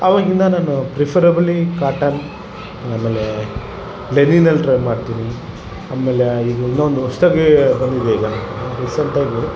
ಅವಾಗಿಂದ ನಾನು preferably cotton ಆಮೇಲೆ ಲೆನಿನಲ್ಲಿ ಟ್ರ ಮಾಡ್ತೀನಿ ಆಮೇಲೆ ಈಗ ಇನ್ನೊಂದು ಹೊಸ್ತಾಗಿ ಬಂದಿದೆ ಈಗ ರೀಸೆಂಟಾಗಿ